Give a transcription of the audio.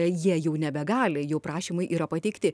jie jau nebegali jų prašymai yra pateikti